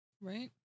Right